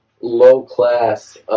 low-class